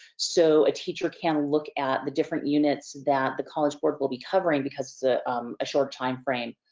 so a teacher can look at the different units that the college board will be covering, because it's a short time frame